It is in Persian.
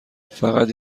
فقط